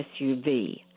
SUV